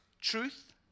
truth